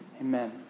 Amen